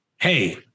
hey